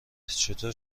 چطور